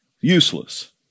Useless